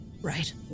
Right